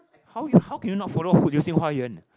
how you how can you not follow